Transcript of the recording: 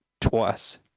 twice